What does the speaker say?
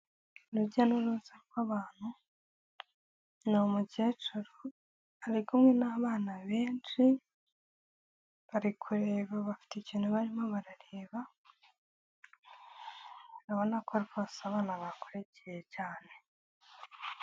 Urujya n'uruza rw'abantu, ni mukecuru ari kumwe n'abana benshi, bari kureba bafite ikintu barimo barareba urabona ko rwose abana bakurikiye cyane.